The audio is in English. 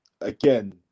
again